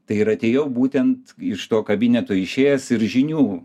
tai ir atėjau būtent iš to kabineto išėjęs ir žinių